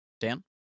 Dan